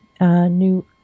new